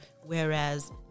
whereas